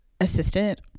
assistant